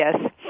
Yes